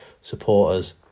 supporters